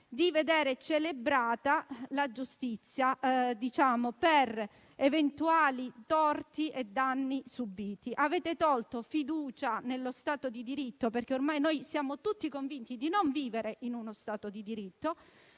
di vedere celebrata la giustizia per eventuali torti e danni subiti. Avete tolto fiducia nello Stato di diritto, perché ormai siamo tutti convinti di non vivere in uno Stato di diritto.